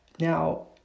now